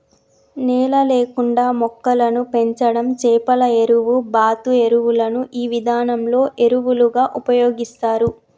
నేల లేకుండా మొక్కలను పెంచడం చేపల ఎరువు, బాతు ఎరువులను ఈ విధానంలో ఎరువులుగా ఉపయోగిస్తారు